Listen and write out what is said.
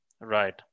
Right